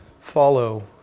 follow